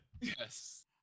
yes